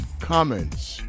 comments